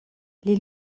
les